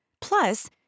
plus